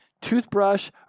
toothbrush